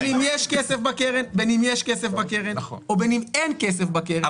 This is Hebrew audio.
יש מחויבות בין אם יש כסף בקרן ובין אם אין כסף בקרן,